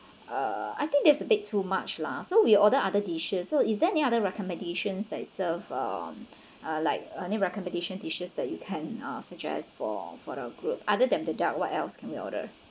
uh I think there's a bit too much lah so we'll order other dishes so is there any other recommendations like served um uh like I mean recommendation dishes that you can uh suggest for for the group other than the duck what else can we order